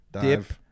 dip